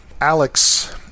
Alex